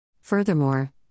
Furthermore